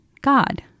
God